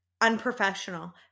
unprofessional